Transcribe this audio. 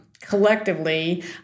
collectively